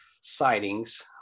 sightings